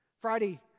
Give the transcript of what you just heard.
Friday